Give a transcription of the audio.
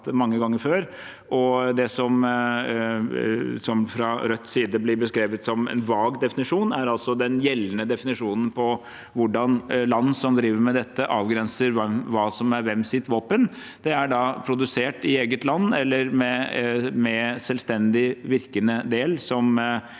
Det som fra Rødts side blir beskrevet som en vag definisjon, er altså den gjeldende definisjonen på hvordan land som driver med dette, avgrenser hva som er hvem sitt våpen. Det er: produsert i eget land eller med selvstendig virkende del som kommer